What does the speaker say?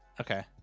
Okay